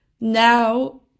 Now